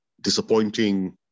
disappointing